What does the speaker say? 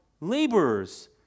laborers